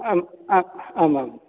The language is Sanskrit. आम् आम् आम्